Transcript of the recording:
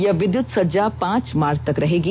यह विद्युत सज्जा पांच मार्च तक रहेगी